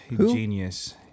genius